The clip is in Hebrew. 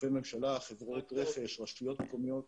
גופי ממשלה, חברות רכש, רשויות מקומיות.